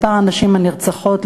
מספר הנשים הנרצחות,